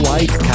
White